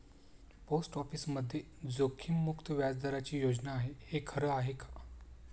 Post ऑफिसमध्ये जोखीममुक्त व्याजदराची योजना आहे, हे खरं आहे का?